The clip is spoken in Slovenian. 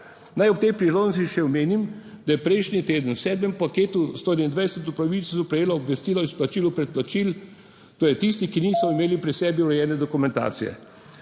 Naj ob tej priložnosti še omenim, da je prejšnji teden v sedmem paketu 121 upravičencev prejelo obvestilo o izplačilu predplačil, to je tisti, ki niso imeli pri sebi urejene dokumentacije.